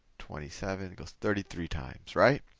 twenty seven it goes thirty three times, right?